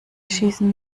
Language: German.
schießen